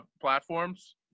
platforms